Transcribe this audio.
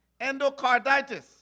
endocarditis